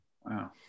Wow